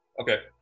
Okay